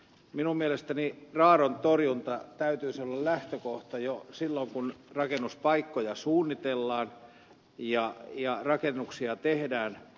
minun mielestäni radontorjunnan täytyisi olla lähtökohta jo silloin kun rakennuspaikkoja suunnitellaan ja rakennuksia tehdään